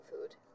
food